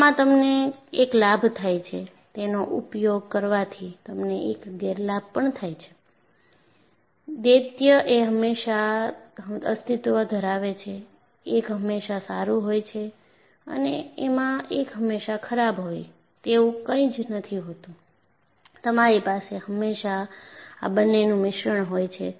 આમાં તમને એક લાભ થાય છે તેનો ઉપયોગ કરવાથી તમને એક ગેરલાભ પણ થાય છે દ્વૈત એ હંમેશા અસ્તિત્વ ધરાવે છે એક હંમેશા સારું હોય છે અને એમાં એક હંમેશા ખરાબ હોય તેવું કંઈ જ નથી હોતું તમારી પાસે હંમેશા આ બંનેનું મિશ્રણ હોય છે